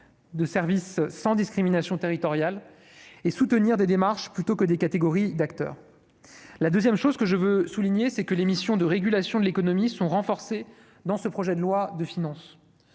de services sans discrimination territoriale et soutenir des démarches plutôt que des catégories d'acteurs, la 2ème, chose que je veux souligner c'est que l'émission de régulation de l'économie sont renforcés dans ce projet de loi de finances,